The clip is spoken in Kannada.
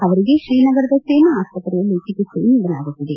ಅವರಿಗೆ ಶ್ರೀನಗರದ ಸೇನಾ ಆಸ್ಪತ್ರೆಯಲ್ಲಿ ಚಿಕಿತ್ಸೆ ನೀಡಲಾಗುತ್ತಿದೆ